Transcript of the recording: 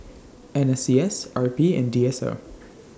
N S C S R P and D S R